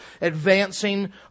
advancing